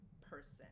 person